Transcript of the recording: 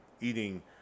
eating